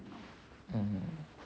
mm